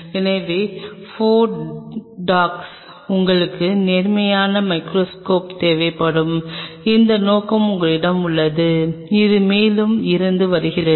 எனவே 4 டாக் உங்களுக்கு நேர்மையான மைகிரோஸ்கோப் தேவைப்படும் இந்த நோக்கம் உங்களிடம் உள்ளது இது மேலே இருந்து வருகிறது